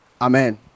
amen